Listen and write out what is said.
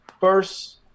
first